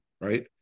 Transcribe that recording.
right